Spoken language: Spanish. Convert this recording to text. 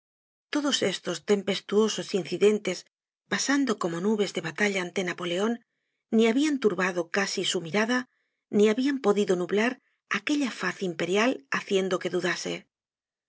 todos estos tempestuosos incidentes pasando como nubes de batalla ante napoleon ni habian turbado casi su mirada ni habian podido anublar aquella faz imperial haciendo que dudase